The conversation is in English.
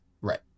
Right